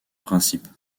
principe